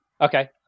Okay